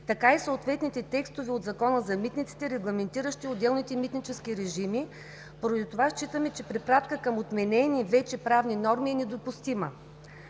така и съответните текстове от Закона за митниците, регламентиращи отделните митнически режими. Поради това считаме, че препратка към отменени вече правни норми е недопустима.